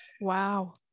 Wow